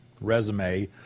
resume